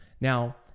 Now